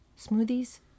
smoothies